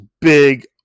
big